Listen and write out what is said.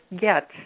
get